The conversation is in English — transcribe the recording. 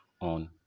on